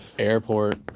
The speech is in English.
airport.